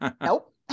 Nope